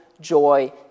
joy